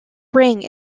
ring